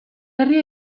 herria